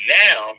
now